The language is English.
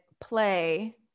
play